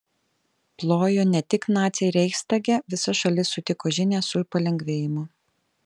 plojo ne tik naciai reichstage visa šalis sutiko žinią su palengvėjimu